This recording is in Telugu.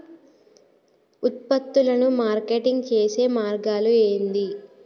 ఉత్పత్తులను మార్కెటింగ్ చేసే మార్గాలు ఏంది?